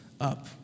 up